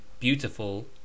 Beautiful